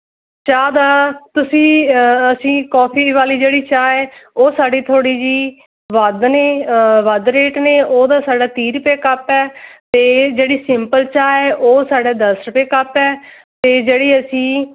ਚਾਹ ਦਾ ਤੁਸੀਂ ਅਸੀਂ ਕਾਫੀ ਵਾਲੀ ਜਿਹੜੀ ਚਾਹ ਹੈ ਉਹ ਸਾਡੀ ਥੋੜ੍ਹੀ ਜਿਹੀ ਵੱਧ ਨੇ ਵੱਧ ਰੇਟ ਨੇ ਉਹਦਾ ਸਾਡਾ ਤੀਹ ਰੁਪਏ ਕੱਪ ਹੈ ਅਤੇ ਜਿਹੜੀ ਸਿੰਪਲ ਚਾਹ ਏ ਉਹ ਸਾਡਾ ਦਸ ਰੁਪਏ ਕੱਪ ਏ ਅਤੇ ਜਿਹੜੀ ਅਸੀਂ